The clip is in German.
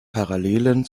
parallelen